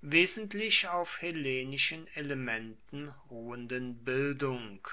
wesentlich auf hellenischen elementen ruhenden bildung